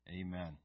Amen